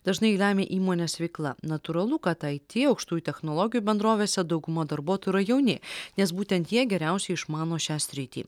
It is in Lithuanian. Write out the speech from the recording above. dažnai lemia įmonės veikla natūralu kad it aukštųjų technologijų bendrovėse dauguma darbuotojų yra jauni nes būtent jie geriausiai išmano šią sritį